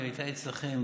והיא הייתה אצלכם,